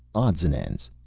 odds and ends